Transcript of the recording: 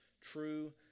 true